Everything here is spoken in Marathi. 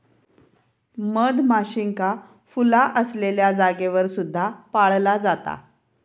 मधमाशींका फुला असलेल्या जागेवर सुद्धा पाळला जाता